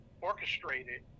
orchestrated